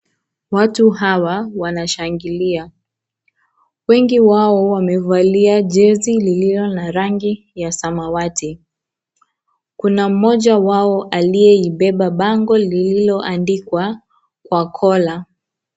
Watu hawa wanashangilia, wengi wao wamevali jersey lililo la rangi ya samawati, kuna mmoja wao aliye ibeba bango lililoandikwa kwa kola.